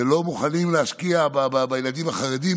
שלא מוכנים להשקיע בילדים החרדים,